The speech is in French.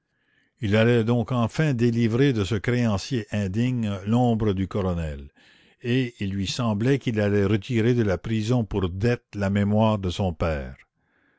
il allait donc enfin délivrer de ce créancier indigne l'ombre du colonel et il lui semblait qu'il allait retirer de la prison pour dettes la mémoire de son père